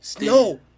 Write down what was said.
No